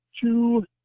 two